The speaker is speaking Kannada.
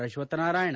ಅಶ್ವತ್ಥನಾರಾಯಣ